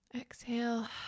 Exhale